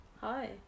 Hi